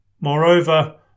Moreover